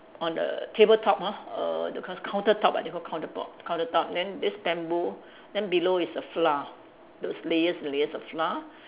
on the table top ah err that's called counter top I think called counter pop counter top then this bamboo then below is the flour those layers and layers of flour